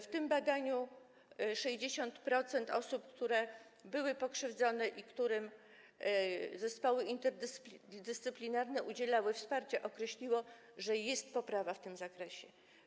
W tym badaniu 60% osób, które były pokrzywdzone, którym zespoły interdyscyplinarne udzielały wsparcia, określiło, że jest poprawa w tym zakresie.